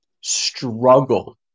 struggle